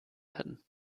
werden